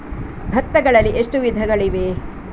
ಭತ್ತಗಳಲ್ಲಿ ಎಷ್ಟು ವಿಧಗಳಿವೆ?